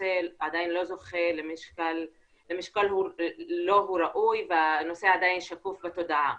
הנושא עדיין לא זוכה למשקל לו הוא ראוי והנושא עדיין שקוף בתודעה.